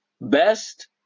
best